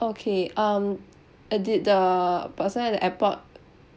okay um uh did the person at the airport